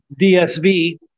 DSV